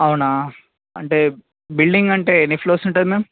అవునా అంటే బిల్డింగ్ అంటే ఎన్ని ఫ్లోర్స్ ఉంటాయి మ్యామ్